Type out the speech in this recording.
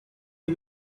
you